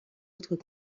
autres